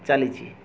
ଚାଲିଛି